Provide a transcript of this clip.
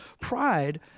Pride